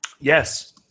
Yes